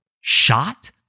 Shot